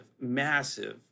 massive